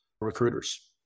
recruiters